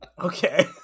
Okay